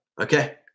Okay